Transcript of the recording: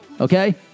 Okay